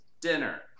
dinner